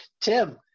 Tim